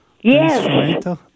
Yes